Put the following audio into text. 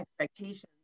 expectations